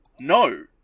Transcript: no